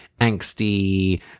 angsty